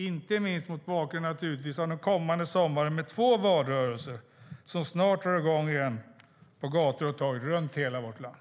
Detta säger jag naturligtvis inte minst med tanke på den kommande sommaren med två valrörelser som snart drar i gång på gator och torg i hela vårt land.